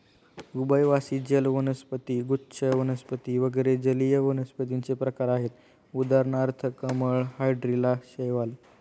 उभयवासी जल वनस्पती, गुच्छ वनस्पती वगैरे जलीय वनस्पतींचे प्रकार आहेत उदाहरणार्थ कमळ, हायड्रीला, शैवाल